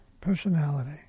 personality